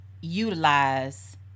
utilize